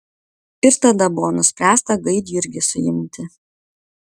ir tada buvo nuspręsta gaidjurgį suimti